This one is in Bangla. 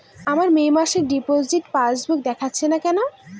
আমার মে মাসের ডিপোজিট পাসবুকে দেখাচ্ছে না কেন?